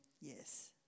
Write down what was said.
yes